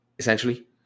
essentially